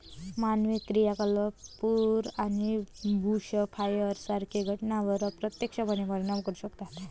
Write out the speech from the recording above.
मानवी क्रियाकलाप पूर आणि बुशफायर सारख्या घटनांवर अप्रत्यक्षपणे परिणाम करू शकतात